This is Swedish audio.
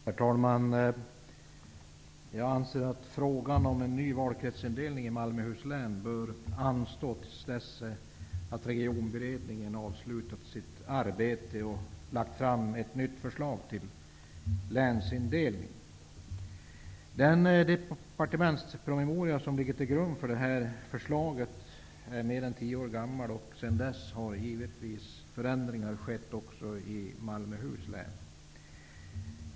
Herr talman! Jag anser att frågan om en ny valkretsindelning i Malmöhus län bör anstå till dess att Regionberedningen avslutat sitt arbete och lagt fram ett nytt förslag till länsindelning. Den departementpromemoria som ligger till grund för förslaget är mer än tio år gammal. Sedan dess har givetvis förändringar skett också i Malmöhus län.